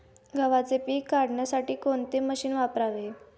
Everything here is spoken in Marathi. गव्हाचे पीक काढण्यासाठी कोणते मशीन वापरावे?